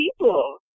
people